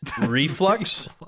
reflux